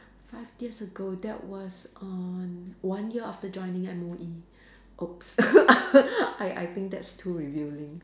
five years ago that was on one year of the joining M_O_E !oops! I I think that's too revealing